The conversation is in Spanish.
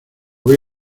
voy